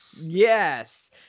Yes